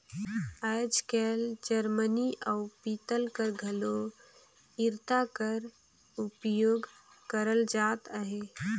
आएज काएल जरमनी अउ पीतल कर घलो इरता कर उपियोग करल जात अहे